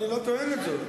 אני לא טוען את זאת,